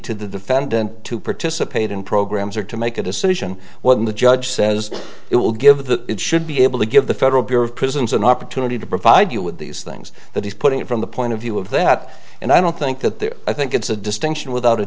to the defendant to participate in programs or to make a decision when the judge says it will give the it should be able to give the federal bureau of prisons an opportunity to provide you with these things that he's putting it from the point of view of that and i don't think that they're i think it's a distinction without a